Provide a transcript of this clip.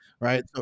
Right